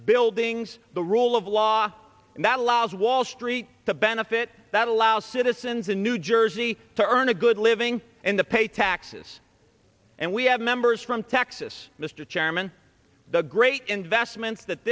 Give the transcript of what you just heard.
buildings the rule of law that allows wall street to benefit that allows citizens in new jersey to earn a good living and to pay taxes and we have members from texas mr chairman the great investments that